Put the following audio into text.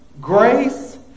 Grace